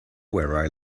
where